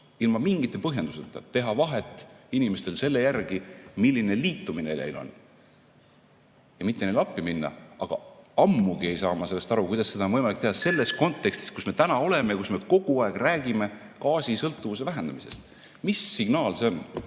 ilma mingite põhjendusteta teha vahet inimestel selle järgi, milline liitumine neil on, ja mitte [kõigile] appi minna. Ja ammugi ei saa ma aru, kuidas seda on võimalik teha selles kontekstis, kus me täna oleme, kus me kogu aeg räägime gaasisõltuvuse vähendamisest. Mis signaal see on?